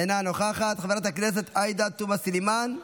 אינה נוכחת, חברת הכנסת עאידה תומא סלימאן,